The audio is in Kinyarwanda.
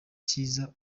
cyiza